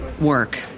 work